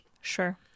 Sure